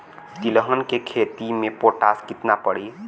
तिलहन के खेती मे पोटास कितना पड़ी?